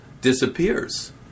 disappears